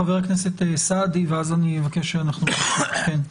חבר הכנסת סעדי, ואז אני אבקש שאנחנו נסכם.